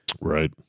Right